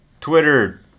Twitter